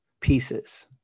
pieces